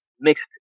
mixed